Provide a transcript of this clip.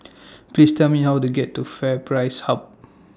Please Tell Me How to get to FairPrice Hub